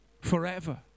forever